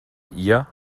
ihr